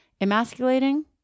emasculating